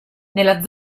nella